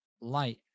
light